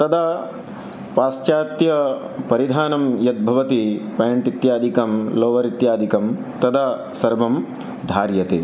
तदा पाश्चात्यपरिधानं यद् भवति पेण्ट् लोवर् इत्यादीकं तदा सर्वं धार्यते